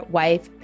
wife